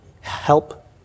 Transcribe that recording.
help